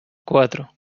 cuatro